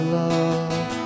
love